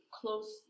close